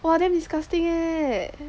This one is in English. !wah! damn disgusting leh